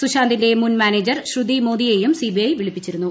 സുശാന്തിന്റെ മുൻ മാനേജർ ശ്രുതി മോദിയെയും സിബിഐ വിളിപ്പിച്ചിരുന്നു